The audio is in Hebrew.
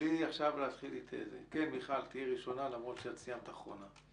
חבר הכנסת רוזין,